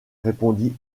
répondit